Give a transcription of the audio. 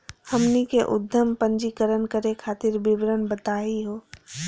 हमनी के उद्यम पंजीकरण करे खातीर विवरण बताही हो?